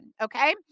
okay